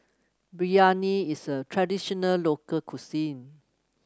biryani is a traditional local cuisine